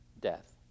Death